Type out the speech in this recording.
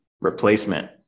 replacement